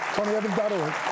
TonyEvans.org